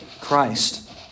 Christ